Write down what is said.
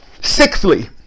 Sixthly